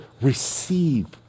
receive